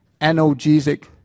analgesic